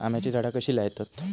आम्याची झाडा कशी लयतत?